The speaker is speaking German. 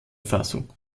fassung